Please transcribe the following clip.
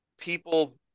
people –